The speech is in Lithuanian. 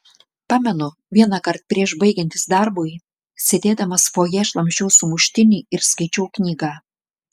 pamenu vienąkart prieš baigiantis darbui sėdėdamas fojė šlamščiau sumuštinį ir skaičiau knygą